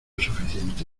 suficiente